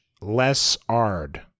Lessard